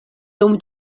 dum